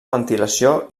ventilació